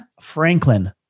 Franklin